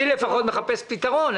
אני לפחות מחפש פתרון.